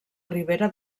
ribera